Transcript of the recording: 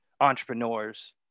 entrepreneurs